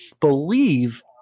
believe